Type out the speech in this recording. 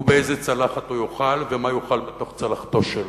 הוא, באיזה צלחת יאכל, ומה יאכל בתוך צלחתו שלו.